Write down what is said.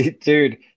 dude